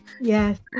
Yes